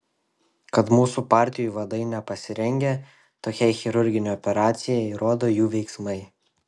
kad mūsų partijų vadai nepasirengę tokiai chirurginei operacijai rodo jų veiksmai